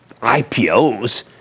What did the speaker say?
IPOs